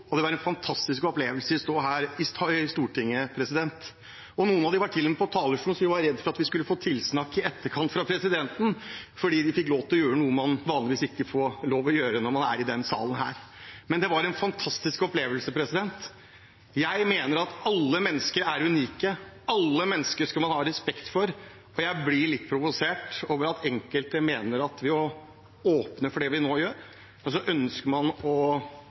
og det var en fantastisk opplevelse å stå her i Stortinget. Noen av dem var til og med på talerstolen, så vi var redd for at vi skulle få tilsnakk i etterkant fra presidenten fordi de fikk lov til å gjøre noe man vanligvis ikke får lov til å gjøre når man er i denne salen, men det var en fantastisk opplevelse. Jeg mener at alle mennesker er unike, alle mennesker skal man ha respekt for, og jeg blir litt provosert over at enkelte mener at ved å åpne for det vi nå gjør, ønsker man å